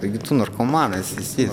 taigi tu narkomanas esi